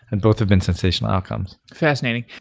and both have been sensational outcomes. fascinating.